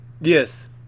Yes